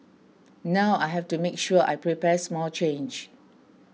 now I have to make sure I prepare small change